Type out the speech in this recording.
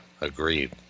Agreed